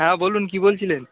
হ্যাঁ বলুন কী বলছিলেন